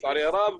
לצערי הרב,